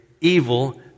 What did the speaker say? Evil